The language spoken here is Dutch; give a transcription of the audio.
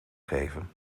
geven